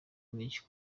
menshi